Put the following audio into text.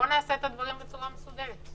בואו נעשה את הדברים בצורה מסודרת.